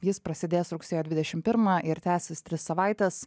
jis prasidės rugsėjo dvidešim pirmą ir tęsis tris savaites